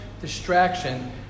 distraction